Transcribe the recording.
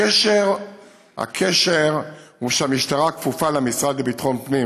הקשר הוא שהמשטרה כפופה למשרד לביטחון פנים,